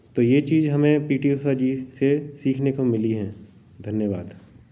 तो यह चीज़ हमें पी टी उषा जी से सीखने को मिली हैं धन्यवाद